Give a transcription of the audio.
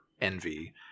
envy